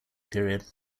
period